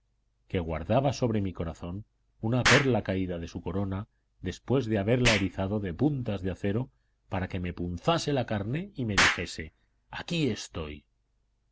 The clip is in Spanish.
que guardaba sobre mi corazón una perla caída de su corona después de haberla erizado de puntas de acero para que me punzase la carne y me dijese aquí estoy